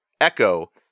Echo